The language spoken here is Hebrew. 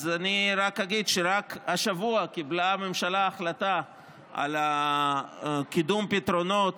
אני רק אגיד שרק השבוע קיבלה הממשלה החלטה על קידום פתרונות